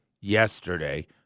yesterday